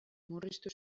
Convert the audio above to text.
murriztu